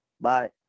bye